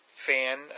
fan